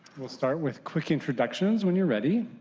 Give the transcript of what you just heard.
will start with creek introductions when you are ready.